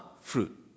fruit